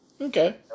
Okay